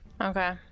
Okay